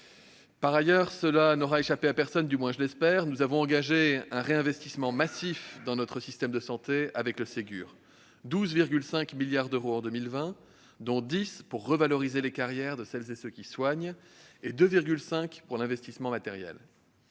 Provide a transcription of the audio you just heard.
Par ailleurs, et cela n'aura échappé à personne, du moins je l'espère, nous avons engagé un réinvestissement massif dans notre système de santé grâce au Ségur de la santé : 12,5 milliards d'euros en 2020, dont 10 milliards d'euros pour revaloriser les carrières de celles et ceux qui soignent, et 2,5 milliards d'euros pour l'investissement matériel.